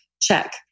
Check